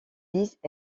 disent